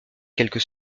quelques